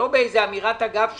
לא באיזו אמירת אגב שלך,